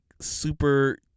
super